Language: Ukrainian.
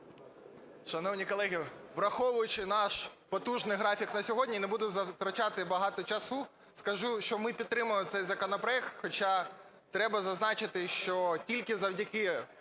Шановні колеги, враховуючи наш потужний графік на сьогодні, я не буду витрачати багато часу. Скажу, що ми підтримали цей законопроект, хоча треба зазначити, що тільки завдяки